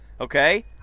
Okay